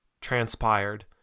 transpired